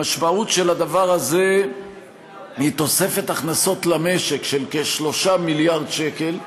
המשמעות של הדבר הזה היא תוספת הכנסות למשק של כ-3 מיליארד ש"ח,